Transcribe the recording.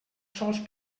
sols